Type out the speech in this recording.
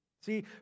See